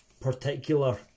particular